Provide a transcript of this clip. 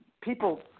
People